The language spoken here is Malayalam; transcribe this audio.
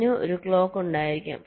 അതിനും ഒരു ക്ലോക്ക് ഉണ്ടായിരിക്കും